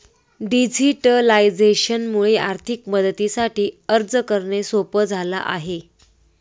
digitalisation मुळे आर्थिक मदतीसाठी अर्ज करणे सोप झाला आहे